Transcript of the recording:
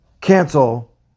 cancel